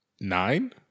nine